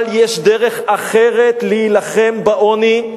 אבל יש דרך אחרת להילחם בעוני,